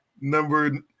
number